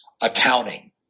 accounting